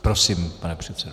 Prosím, pane předsedo.